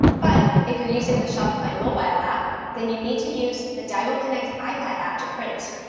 but if you're using the shopify mobile app, then you need to use the dymo connect ipad app to print.